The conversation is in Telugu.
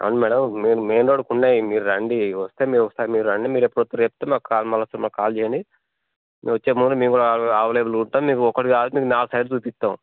అవును మేడం మీకు మెయిన్ రోడ్డుకున్నాయి మీరాండి వస్తే మేమ్ ఒకసార్ మీరాండి మీరు ఎప్పుడు వస్తారో చెప్తే మాక్ కాల్ మళ్ళక సారి మాక్ కాల్ చేయండి మీర్ వచ్చేముందు మేము కూడా ఆవలేవ్ రూట్లో మీకు ఒకటిగాపోయిన మీకు నా సైడ్ చూపిస్తాం